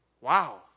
Wow